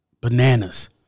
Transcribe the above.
bananas